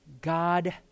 God